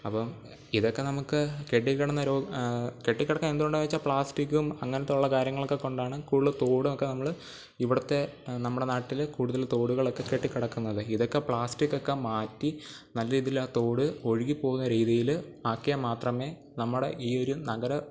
അപ്പോൾ ഇതൊക്കെ നമുക്ക് കെട്ടിക്കിടന്ന രോഗ കെട്ടികിടക്കുന്ന എന്തു കൊണ്ടെന്നു വെച്ചാൽ പ്ലാസ്റ്റിക്കും അങ്ങിനത്തുള്ള കാര്യങ്ങളൊക്കെ കൊണ്ടാണ് കൂടുതൽ തോടൊക്കെ നമ്മൾ ഇവിടുത്തെ നമ്മുടെ നാട്ടിലെ കൂടുതല് തോടുകളൊക്കെ കെട്ടിക്കിടക്കുന്നത് ഇതൊക്കെ പ്ലാസ്റ്റിക്കൊക്കെ മാറ്റി നല്ല രീതിയിൽ ആ തോട് ഒഴുകിപ്പോകുന്ന രീതിയിൽ ആക്കിയാൽ മാത്രമേ നമ്മുടെ ഈയൊരു നഗര